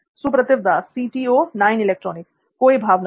Suprativ Das No Emotion Suprativ Das कोई भावना नहीं